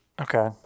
okay